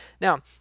Now